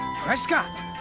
Prescott